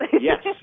Yes